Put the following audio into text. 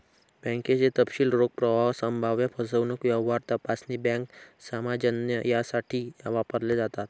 बँकेचे तपशील रोख प्रवाह, संभाव्य फसवणूक, व्यवहार तपासणी, बँक सामंजस्य यासाठी वापरले जातात